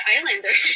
Islander